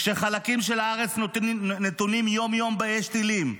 כשחלקים של הארץ נתונים יום-יום באש טילים,